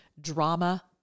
drama